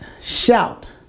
Shout